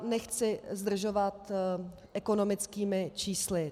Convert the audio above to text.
Nechci zdržovat ekonomickými čísly.